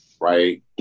Right